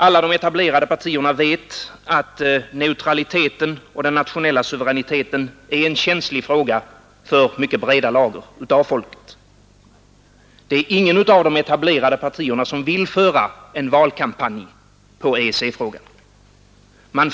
Alla de etablerade partierna vet att neutraliteten och den nationella suveräniteten är en känslig fråga för mycket breda lager av folket. Inget av de etablerade partierna vill föra en valkampanj på EEC-frågan.